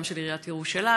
גם של עיריית ירושלים.